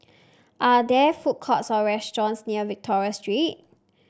are there food courts or restaurants near Victoria Street